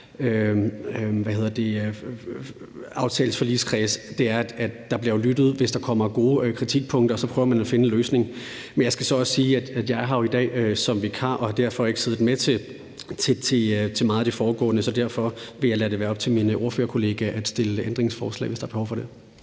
aftaleforligskredse er, at der jo bliver lyttet, hvis der kommer gode kritikpunkter. Så prøver man at finde en løsning. Men jeg skal så også sige, at jeg jo er her i dag som vikar og derfor ikke har siddet med til meget af det foregående. Så derfor vil jeg lade det være op til min ordførerkollega at stille ændringsforslag, hvis der er behov for det.